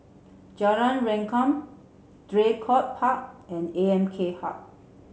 Jalan Rengkam Draycott Park and A M K Hub